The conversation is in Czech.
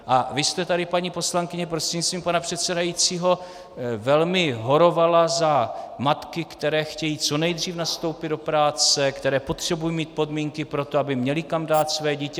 A vy jste tady, paní poslankyně prostřednictvím pana předsedajícího, velmi horovala za matky, které chtějí co nejdříve nastoupit do práce, které potřebují mít podmínky pro to, aby měly kam dát své dítě atd.